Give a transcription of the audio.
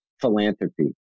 philanthropy